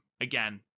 Again